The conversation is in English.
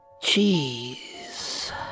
Cheese